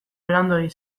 beranduegi